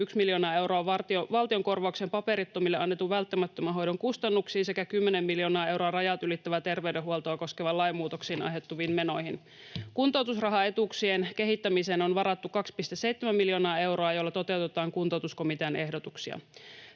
miljoona euroa valtionkorvauksen paperittomille annetun välttämättömän hoidon kustannuksiin sekä 10 miljoonaa euroa rajat ylittävää terveydenhuoltoa koskevista lainmuutoksista aiheutuviin menoihin. Kuntoutusrahaetuuksien kehittämiseen on varattu 2,7 miljoonaa euroa, jolla toteutetaan kuntoutuskomitean ehdotuksia.